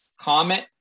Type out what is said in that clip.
comment